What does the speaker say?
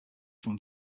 from